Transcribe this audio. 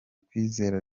kwizera